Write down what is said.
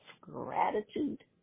gratitude